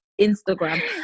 Instagram